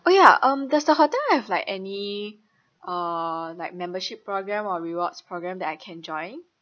oh ya um does the hotel have like any uh like membership programme or rewards programme that I can join